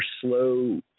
slow